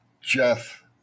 Jeff